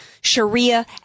Sharia